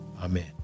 Amen